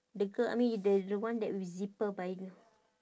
the girl I mean the the one that with zipper by the